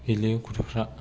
गेलेयो गथ'फ्रा